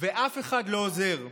ואף אחד לא עוזר.